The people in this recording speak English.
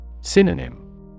Synonym